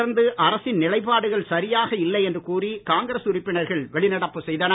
தொடர்ந்து அரசின் நிலைப்பாடுகள் சரியாக இல்லை என்று கூறி காங்கிரஸ் உறுப்பினர்கள் வெளிநடப்பு செய்தனர்